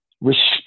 Respect